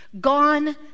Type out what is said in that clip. gone